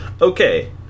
Okay